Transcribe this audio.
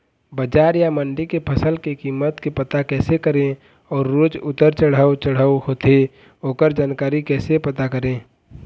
बजार या मंडी के फसल के कीमत के पता कैसे करें अऊ रोज उतर चढ़व चढ़व होथे ओकर जानकारी कैसे पता करें?